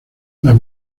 las